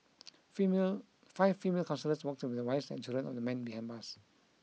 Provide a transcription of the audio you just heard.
female five female counsellors worked the wives and children of the men behind bars